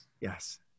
yes